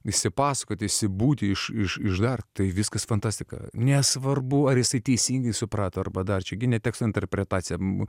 išsipasakoti išsibūti iš iš iš darbo tai viskas fantastika nesvarbu ar jisai teisingai suprato arba dar čia gi ne teksto interpretacija mo